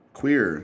queer